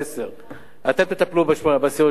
10. אתם תטפלו בעשירונים 8,